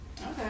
Okay